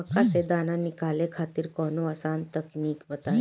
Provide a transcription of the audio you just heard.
मक्का से दाना निकाले खातिर कवनो आसान तकनीक बताईं?